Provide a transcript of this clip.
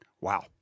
Wow